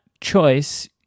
choice